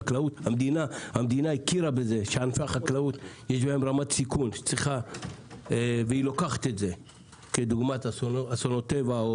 המדינה הכירה בזה שבענף החקלאות יש רמת סיכון כמו בצורת או אסונות טבע.